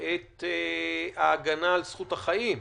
את ההגנה על זכות החיים.